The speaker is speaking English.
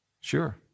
Sure